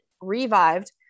revived